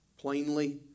plainly